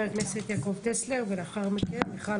חבר הכנסת יעקב טסלר, בבקשה.